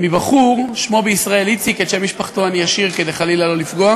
מבחור ששמו בישראל איציק ואת שם משפחתו אני אשאיר כדי חלילה שלא לפגוע,